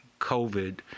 COVID